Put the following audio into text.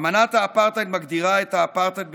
אמנת האפרטהייד מגדירה את האפרטהייד,